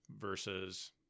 versus